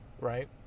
right